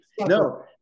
No